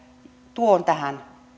tuon tähän